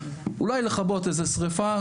אולי לכבות איזה שריפה,